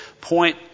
point